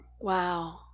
Wow